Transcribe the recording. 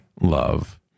love